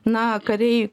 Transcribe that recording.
na kariai